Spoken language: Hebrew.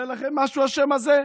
אומר לכם משהו השם הזה?